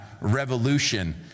revolution